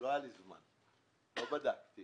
לי זמן, לא בדקתי